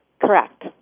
correct